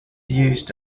used